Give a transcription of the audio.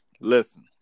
Listen